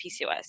PCOS